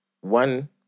one